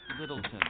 Littleton